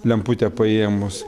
lemputę paėmus